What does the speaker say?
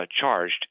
charged